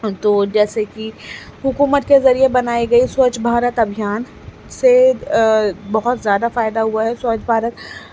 تو جیسے کہ حکومت کے ذریعے بنائی گئی سوچھ بھارت ابھیان سے بہت زیادہ فائدہ ہوا ہے سوچھ بھارت